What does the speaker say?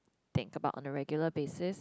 think about on the regular basis